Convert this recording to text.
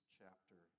chapter